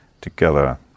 together